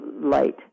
light